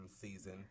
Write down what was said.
season